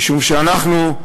משום שאנחנו,